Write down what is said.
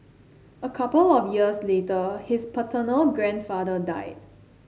a couple of years later his paternal grandfather died